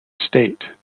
state